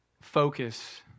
focus